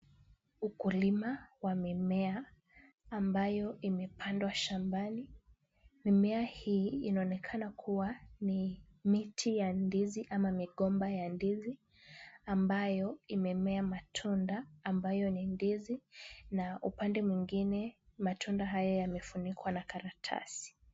Ukulima wa mimea ambayo imepandwa shambani. Mimea hii inaonekana kuwa ni miti ya ndizi ama migomba ya ndizi, ambayo imemea matunda ambayo ni ndizi na upande mwingine, matunda haya yamefunikwa na karatasi.